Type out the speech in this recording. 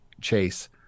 chase